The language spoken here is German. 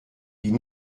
die